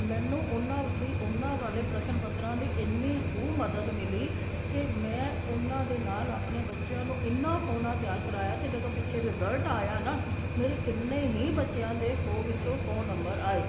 ਮੈਨੂੰ ਉਹਨਾਂ ਦੀ ਉਹਨਾਂ ਵਾਲੇ ਪ੍ਰਸ਼ਨ ਪੱਤਰਾਂ ਦੀ ਐਨੀ ਕੁ ਮਦਦ ਮਿਲੀ ਕਿ ਮੈਂ ਉਹਨਾਂ ਦੇ ਨਾਲ ਆਪਣੇ ਬੱਚਿਆਂ ਨੂੰ ਇੰਨਾ ਸੋਹਣਾ ਤਿਆਰ ਕਰਵਾਇਆ ਅਤੇ ਜਦੋਂ ਪਿੱਛੇ ਰਿਜਲਟ ਆਇਆ ਨਾ ਮੇਰੇ ਕਿੰਨੇ ਹੀ ਬੱਚਿਆਂ ਦੇ ਸੌ ਵਿੱਚੋਂ ਸੌ ਨੰਬਰ ਆਏ